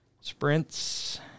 sprints